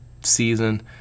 season